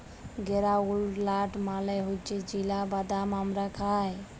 গেরাউলড লাট মালে হছে চিলা বাদাম আমরা খায়